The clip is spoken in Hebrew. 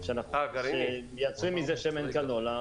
מייצרים מזה שמן קנולה.